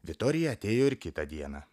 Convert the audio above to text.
vitorija atėjo ir kitą dieną